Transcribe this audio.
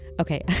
Okay